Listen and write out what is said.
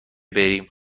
بریم